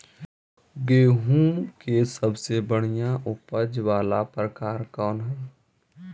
गेंहूम के सबसे बढ़िया उपज वाला प्रकार कौन हई?